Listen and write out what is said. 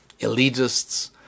elitists